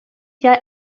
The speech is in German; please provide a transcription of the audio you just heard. jahr